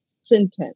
sentence